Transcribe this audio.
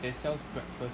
that sells breakfast